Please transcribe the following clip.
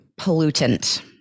pollutant